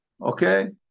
okay